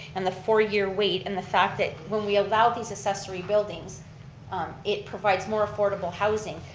and the four year wait, and the fact that when we allow these accessory buildings it provides more affordable housing.